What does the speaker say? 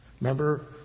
Remember